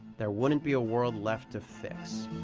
there wouldn't be a world left to fix.